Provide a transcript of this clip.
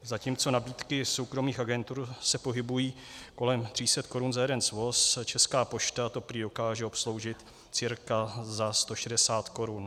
Zatímco nabídky soukromých agentur se pohybují kolem 300 korun za jeden svoz, Česká pošta to prý dokáže obsloužit cirka za 160 korun.